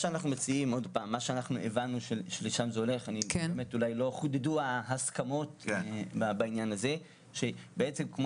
אולי לא חודדו ההסכמות בעניין הזה והבנו שלשם זה הולך כמו